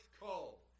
call